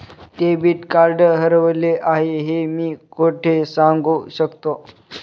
Debit card हरवले आहे हे मी कोठे सांगू शकतो?